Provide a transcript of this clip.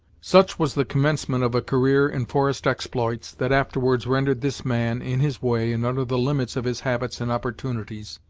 such was the commencement of a career in forest exploits, that afterwards rendered this man, in his way, and under the limits of his habits and opportunities,